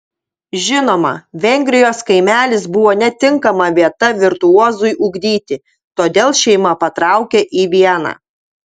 žinoma vengrijos kaimelis buvo netinkama vieta virtuozui ugdyti todėl šeima patraukė į vieną